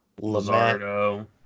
Lazardo